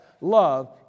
love